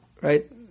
right